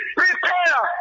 prepare